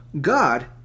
God